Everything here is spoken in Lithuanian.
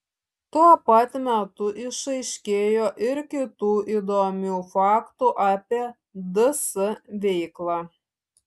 tuo pat metu išaiškėjo ir kitų įdomių faktų apie ds veiklą